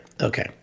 Okay